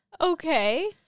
Okay